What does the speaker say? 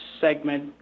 segment